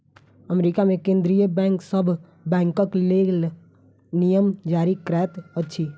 America मे केंद्रीय bank सभ बैंकक लेल नियम जारी करैत अछि